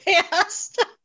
past